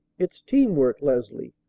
it's teamwork, leslie.